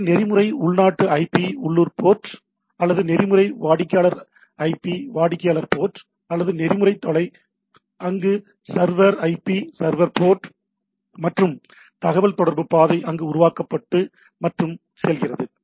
எனவே நெறிமுறை உள்நாட்டு ஐபி உள்ளூர் போர்ட் அல்லது நெறிமுறை வாடிக்கையாளர் ஐபி வாடிக்கையாளர் போர்ட் அல்லது நெறிமுறை தொலை அங்கு சர்வர் ஐபி சர்வர் போர்ட் மற்றும் தகவல்தொடர்பு பாதை அங்கு உருவாக்கப்பட்டது மற்றும் செல்கிறது